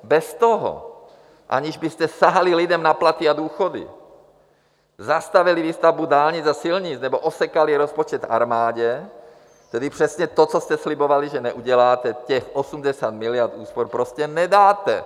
Bez toho, aniž byste sahali lidem na platy a důchody, zastavili výstavbu dálnic a silnic nebo osekali rozpočet armádě, tedy přesně to, co jste slibovali, že neuděláte, těch 80 miliard úspor prostě nedáte.